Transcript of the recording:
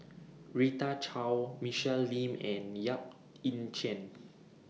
Rita Chao Michelle Lim and Yap Ee Chian